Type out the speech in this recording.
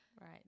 right